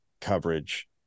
coverage